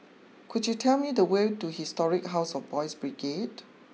could you tell me the way to Historic house of Boys' Brigade